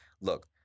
look